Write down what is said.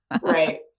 Right